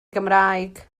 gymraeg